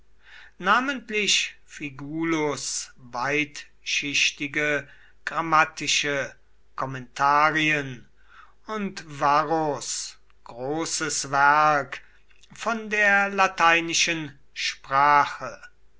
namentlich figulus weitschichtige grammatische kommentarien und varros großes werk von der lateinischen sprache